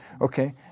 Okay